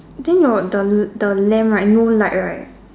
then your the the lamp right no light right